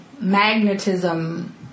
magnetism